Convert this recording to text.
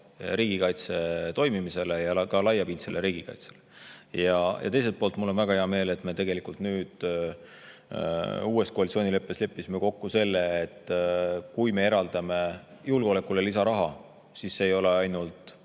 riigikaitse toimimisele ja ka laiapindsele riigikaitsele. Teiselt poolt on mul väga hea meel, et me uues koalitsioonileppes leppisime kokku, et kui me eraldame julgeolekule lisaraha, siis see ei ole ainult